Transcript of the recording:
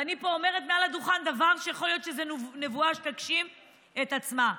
ואני אומרת פה מעל הדוכן דבר שיכול להיות שהוא נבואה שתגשים את עצמה.